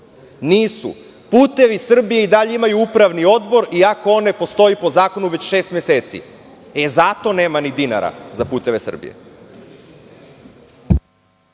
Nisu. "Putevi Srbije" i dalje imaju upravni odbor, iako on ne postoji po zakonu već šest meseci. Zato nema ni dinara za "Puteve Srbije".